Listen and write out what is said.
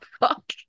fuck